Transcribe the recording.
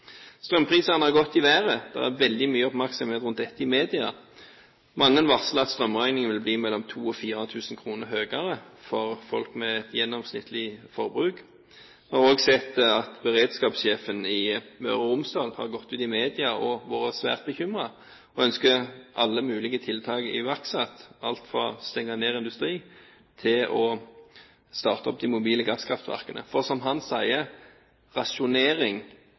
Strømprisene har gått i været, og det er veldig mye oppmerksomhet rundt dette i media. Mange varsler at strømregningen vil bli 2 000–4 000 kr høyere for folk med et gjennomsnittlig forbruk. Vi har også sett at beredskapssjefen i Møre og Romsdal har gått ut i media og vært svært bekymret og ønsket alle mulige tiltak iverksatt, alt fra å stenge ned industri til å starte opp de mobile gasskraftverkene, for, som han sier, rasjonering